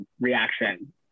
reaction